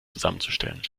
zusammenzustellen